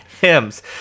hymns